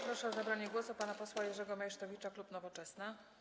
Proszę o zabranie głosu pana posła Jerzego Meysztowicza, klub Nowoczesna.